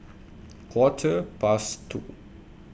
Quarter Past two